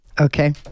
okay